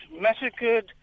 massacred